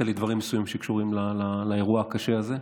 לי דברים מסוימים שקשורים לאירוע הקשה הזה.